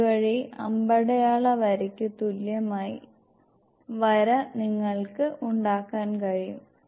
അതുവഴി അമ്പടയാള വരക്ക് തുല്യമായി വര നിങ്ങൾക്ക് ഉണ്ടാക്കാൻ കഴിയും